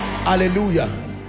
hallelujah